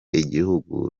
igihugu